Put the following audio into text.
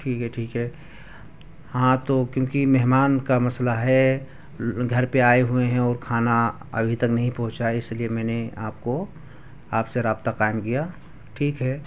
ٹھیک ہے ٹھیک ہے ہاں تو کیوںکہ مہمان کا مسئلہ ہے گھر پہ آئے ہوئے ہیں اور کھانا ابھی تک نہیں پہنچا ہے اس لیے میں نے آپ کو آپ سے رابطہ قائم کیا ٹھیک ہے